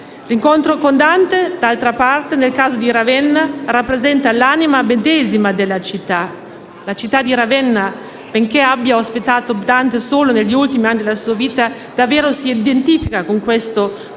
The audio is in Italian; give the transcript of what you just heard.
L'incontro con Dante, d'altra parte, nel caso di Ravenna, rappresenta l'anima medesima della città. La città di Ravenna, benché abbia ospitato Dante solo negli ultimi anni della sua vita, davvero si identifica con questo poeta